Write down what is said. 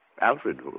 Alfred